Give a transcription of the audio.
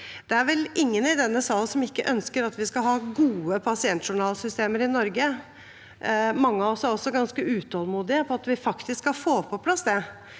Det er vel ingen i denne salen som ikke ønsker at vi skal ha gode pasientjournalsystemer i Norge. Mange av oss er også ganske utålmodige etter faktisk å få det på plass,